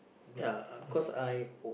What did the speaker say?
like